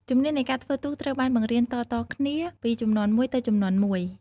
ជំនាញនៃការធ្វើទូកត្រូវបានបង្រៀនតៗគ្នាពីជំនាន់មួយទៅជំនាន់មួយ។